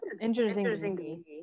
interesting